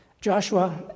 Joshua